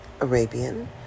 Arabian